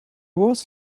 was